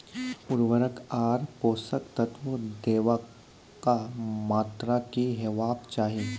उर्वरक आर पोसक तत्व देवाक मात्राकी हेवाक चाही?